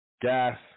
gas